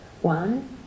One